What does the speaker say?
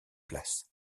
places